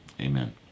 Amen